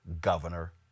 governor